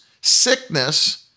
sickness